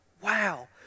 Wow